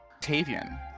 Tavian